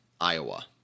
Iowa